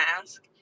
ask